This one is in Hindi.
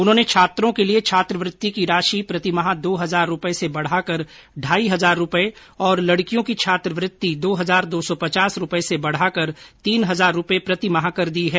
उन्होंने छात्रों के लिए छात्रवृत्ति की राशि प्रति माह दो हजार रूपये से बढ़ा कर ढाई हजार रूपये और लड़कियों की छात्रवृत्ति दो हजार दो सौ पचास रूपये से बढ़ाकर तीन हजार रूपये प्रति माह कर दी है